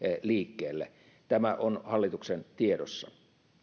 liikkeelle tämä on hallituksen tiedossa